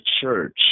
church